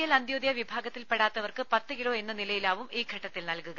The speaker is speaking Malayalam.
എൽ അന്ത്യോദയ വിഭാഗത്തിൽ പെടാത്തവർക്ക് പത്ത് കിലോ എന്ന നിലയിലാവും ഈ ഘട്ടത്തിൽ നൽകുക